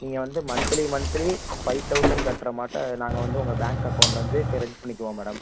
நீங்கள் வந்து monthly monthly five thousand கட்டுற மாட்ட நாங்கள் வந்து உங்கள் பேங்க் அக்கவுண்ட்டுலேருந்து க்ரெடிட் பண்ணிக்குவோம் மேடம்